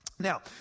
Now